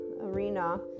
arena